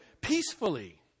peacefully